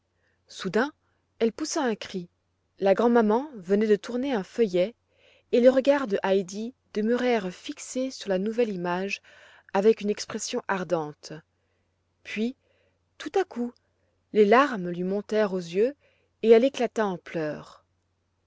soudain elle poussa un cri la grand'maman venait de tourner un feuillet et les regards de heidi demeurèrent fixés sur la nouvelle image avec une expression ardente puis tout à couples larmes lui montèrent aux yeux et elle éclata en pleurs